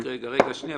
רק רגע, בני.